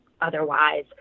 otherwise